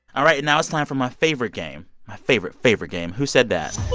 all right, and now it's time for my favorite game my favorite, favorite game who said that